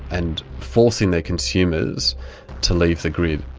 and forcing their consumers to leave the grid.